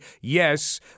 yes